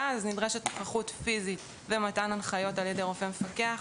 נדרשת התמחות פיזית ונדרש מתן הנחיות על ידי רופא מפקח.